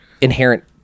inherent